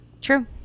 True